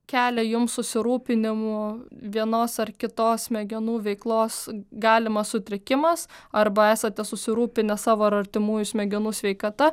kelia jums susirūpinimų vienos ar kitos smegenų veiklos galimas sutrikimas arba esate susirūpinę savo ar artimųjų smegenų sveikata